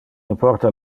importa